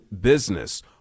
business